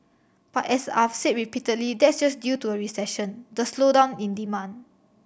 but as I've said repeatedly that's just due to a recession the slowdown in demand